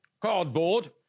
cardboard